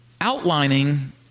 outlining